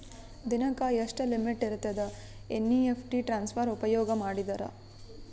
ದಿನಕ್ಕ ಎಷ್ಟ ಲಿಮಿಟ್ ಇರತದ ಎನ್.ಇ.ಎಫ್.ಟಿ ಟ್ರಾನ್ಸಫರ್ ಉಪಯೋಗ ಮಾಡಿದರ?